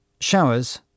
Showers